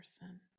person